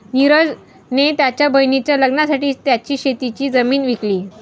निरज ने त्याच्या बहिणीच्या लग्नासाठी त्याची शेतीची जमीन विकली